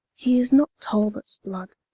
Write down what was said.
he is not talbots blood,